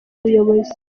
buyobozi